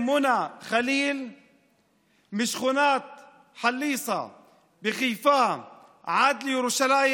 עם מונה חליל משכונת חליסה בחיפה עד לירושלים.